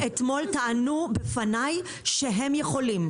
משרד הביטחון אתמול טענו בפניי שהם יכולים,